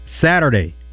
Saturday